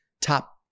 top